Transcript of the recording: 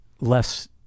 less